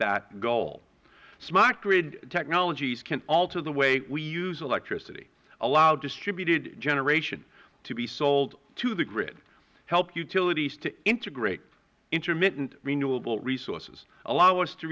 that goal smart grid technologies can alter the way we use electricity allow distributed generation to be sold to the grid help utilities to integrate intermittent renewable resources allow us to